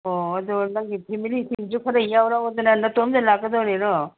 ꯑꯣ ꯑꯗꯣ ꯅꯪꯒꯤ ꯐꯦꯃꯤꯂꯤꯁꯤꯡꯁꯨ ꯈꯔ ꯌꯥꯎꯔꯛꯑꯣꯗꯅ ꯅꯇꯣꯝꯇ ꯂꯥꯛꯀꯗꯣꯔꯤꯔꯣ